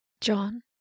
John